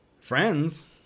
friends